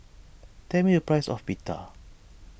tell me a price of Pita